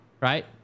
right